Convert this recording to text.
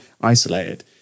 isolated